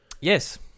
Yes